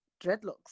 dreadlocks